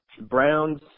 Browns